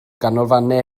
ganolfannau